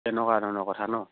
তেনেকুৱা ধৰণৰ কথা নহ্